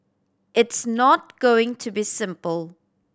it's not going to be simple